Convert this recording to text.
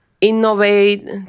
innovate